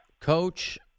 Coach